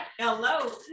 Hello